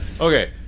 okay